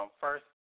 First